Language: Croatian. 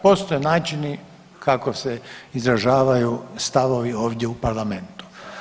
Postoje načini kako se izražavaju stavovi ovdje u parlamentu.